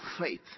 faith